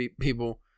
people